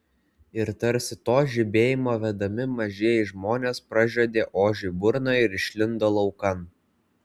ir tarsi to žibėjimo vedami mažieji žmonės pražiodė ožiui burną ir išlindo laukan